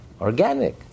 Organic